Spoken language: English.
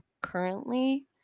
currently